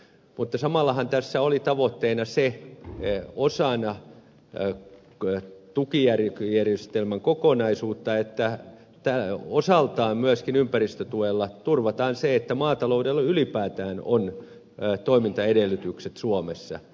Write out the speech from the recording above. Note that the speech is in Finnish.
mutta samallahan tässä oli tavoitteena se ei voi saada jo koe tukien järjestelmän kokonaisuutta että osana tukijärjestelmän kokonaisuutta myöskin ympäristötuella turvataan se että maataloudella ylipäätään on toimintaedellytykset suomessa